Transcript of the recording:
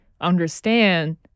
understand